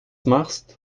machst